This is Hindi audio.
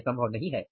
यह संभव नहीं है